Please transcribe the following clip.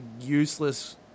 useless